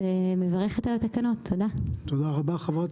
אני מברכת על התקנות, תודה.) תודה רבה חברת